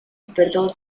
expertos